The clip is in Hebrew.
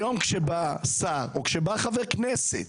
היום, כשבא שר או חבר כנסת